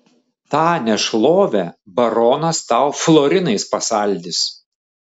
tą nešlovę baronas tau florinais pasaldys